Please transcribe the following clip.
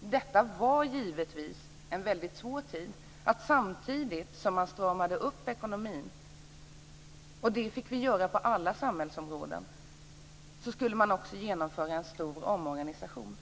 Detta var givetvis en väldigt svår tid. Samtidigt som man stramade åt ekonomin - och att det fick vi göra på alla samhällsområden - skulle man genomföra en stor omorganisation.